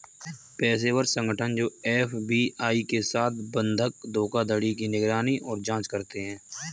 पेशेवर संगठन जो एफ.बी.आई के साथ बंधक धोखाधड़ी की निगरानी और जांच करते हैं